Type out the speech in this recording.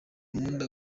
nkunda